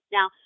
Now